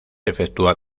efectúa